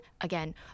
again